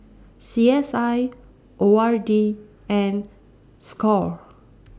C S I O R D and SCORE